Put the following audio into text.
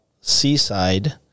seaside